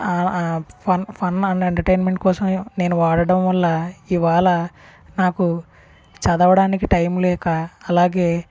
fun and entertainment కోసం నేను వాడటం వల్ల ఇవాళ నాకు చదవడానికి టైం లేక అలాగే